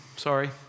Sorry